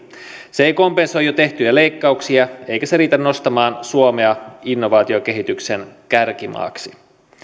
se ei kompensoi jo tehtyjä leikkauksia eikä se riitä nostamaan suomea innovaatiokehityksen kärkimaaksi